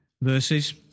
verses